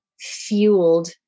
fueled